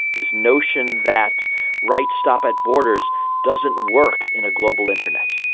this notion that rights stop at borders doesn't work in a global internet.